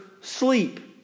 sleep